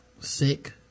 Sick